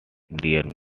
dear